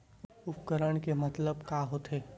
उपकरण के मतलब का होथे?